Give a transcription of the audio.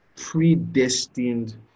predestined